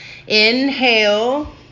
inhale